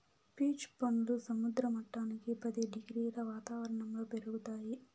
peach పండ్లు సముద్ర మట్టానికి పది డిగ్రీల వాతావరణంలో పెరుగుతాయి